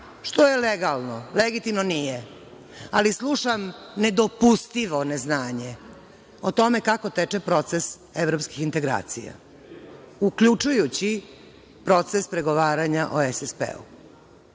što je legalno, legitimno nije. Ali, slušam nedopustivo neznanje o tome kako teče proces evropskih integracija, uključujući proces pregovaranja o SSP.